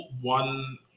one